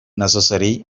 necessary